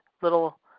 little